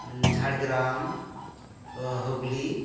Jhargram Hooghly